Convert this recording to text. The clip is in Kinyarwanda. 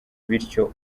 bityo